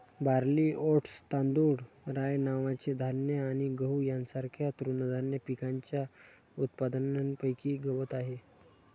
barley, oats, तांदूळ, rye नावाचे धान्य आणि गहू यांसारख्या तृणधान्य पिकांच्या उत्पादनापैकी गवत आहे